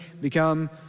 become